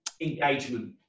Engagement